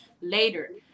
later